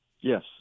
Yes